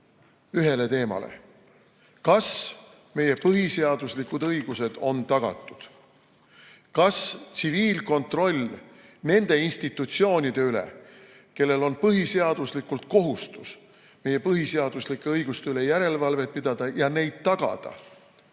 ühele teemale. Kas meie põhiseaduslikud õigused on tagatud? Kas tsiviilkontroll nende institutsioonide üle, kellel on põhiseaduslik kohustus meie põhiseaduslike õiguste üle järelevalvet teha ja neid tagada,